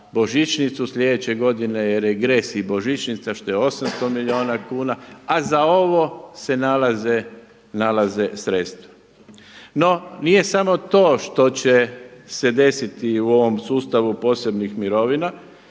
božićnicu. Sljedeće godine je regres i božićnica što je 800 milijuna kuna, a za ovo se nalaze sredstva. No, nije samo to što će se desiti u ovom sustavu posebnih mirovina.